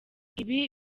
ibi